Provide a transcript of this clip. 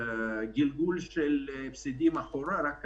גלגול של הפסדים אחורה אלא רק קדימה,